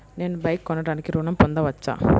నేను బైక్ కొనటానికి ఋణం పొందవచ్చా?